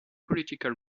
political